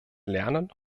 lernen